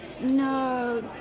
No